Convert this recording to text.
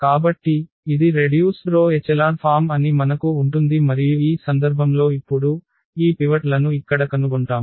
కాబట్టి ఇది reduced row echelon form అని మనకు ఉంటుంది మరియు ఈ సందర్భంలో ఇప్పుడు ఈ పివట్ లను ఇక్కడ కనుగొంటాము